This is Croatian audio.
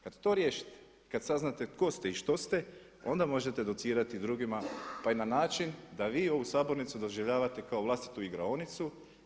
Kad to riješite, kad saznate tko ste i što ste, onda možete docirati drugima pa i na način da vi ovu sabornicu doživljavate kao vlastitu igraonicu.